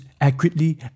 accurately